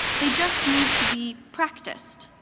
they just need to be practiced,